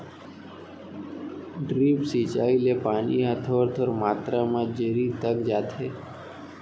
drip सिंचई ले पानी ह थोर थोर मातरा म जरी तक जाथे